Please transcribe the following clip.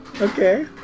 Okay